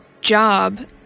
job